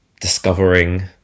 discovering